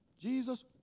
Jesus